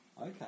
Okay